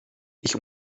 ich